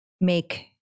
make